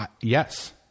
Yes